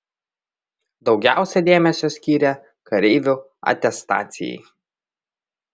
daugiausiai dėmesio skyrė kareivių atestacijai